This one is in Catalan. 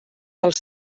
dels